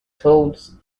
toads